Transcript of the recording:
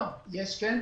אז לא, יש בעיה.